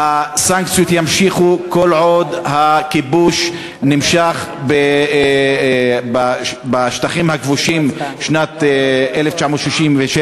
הסנקציות ימשיכו כל עוד הכיבוש נמשך בשטחים הכבושים משנת 1967,